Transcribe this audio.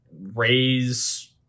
raise